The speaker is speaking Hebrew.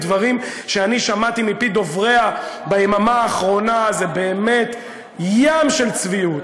הדברים שאני שמעתי מפי דובריה ביממה האחרונה זה באמת ים של צביעות.